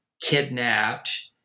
kidnapped